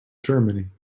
germany